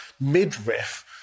midriff